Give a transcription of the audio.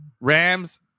Rams